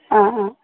हा हा